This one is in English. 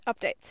updates